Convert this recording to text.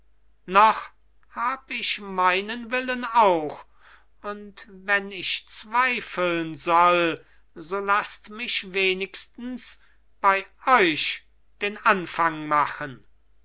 noch hab ich meinen willen auch und wenn ich zweifeln soll so laßt mich wenigstens bei euch den anfang machen